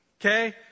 Okay